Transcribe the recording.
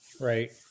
Right